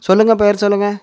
சொல்லுங்க பேர் சொல்லுங்க